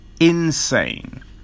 Insane